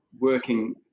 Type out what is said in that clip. working